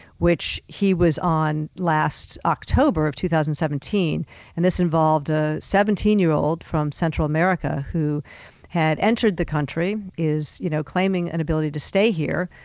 which he was on last october of two thousand and seventeen and this involved a seventeen year old from central america who had entered the country, is you know claiming an ability to stay here,